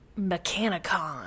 Mechanicon